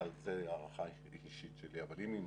זו הערכה אישית שלי אבל אם יימצא,